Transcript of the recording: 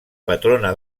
patrona